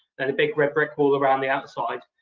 and a big red brick wall around the outside.